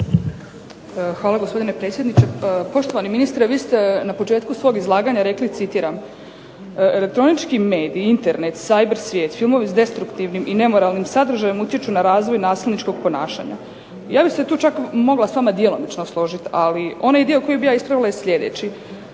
Hvala gospodine predsjedniče. Poštovani ministre vi ste na početku svog izlaganja rekli, citiram: "Elektronički mediji, Internet, cyber svijet, filmovi s destruktivnim i nemoralnim sadržajem utječu na razvoj nasilničkog ponašanja." Ja bih se tu čak mogla s vama djelomično složiti, ali onaj dio koji bih ja ispravila je sljedeći: